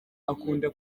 akunda